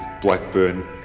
Blackburn